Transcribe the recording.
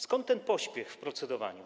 Skąd ten pośpiech w procedowaniu?